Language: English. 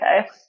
okay